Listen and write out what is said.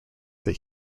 that